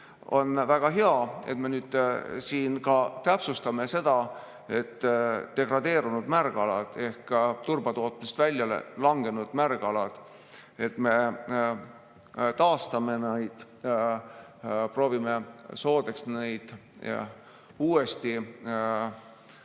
On väga hea, et me nüüd siin täpsustame seda, et degradeerunud märgalad ehk turbatootmisest välja langenud märgalad, et me taastame neid, proovime neid uuesti